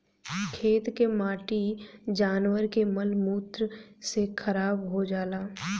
खेत के माटी जानवर के मल मूत्र से खराब हो जाला